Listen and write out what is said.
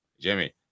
jimmy